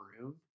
room